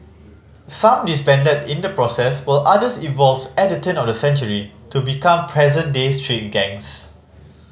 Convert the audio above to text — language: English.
some disbanded in the process while others evolved at the turn of the century to become present day street gangs